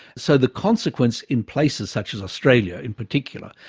so the consequence in places such as australia in particular,